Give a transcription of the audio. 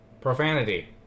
Profanity